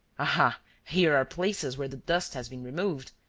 aha, here are places where the dust has been removed.